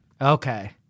Okay